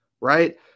Right